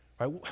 Right